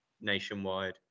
nationwide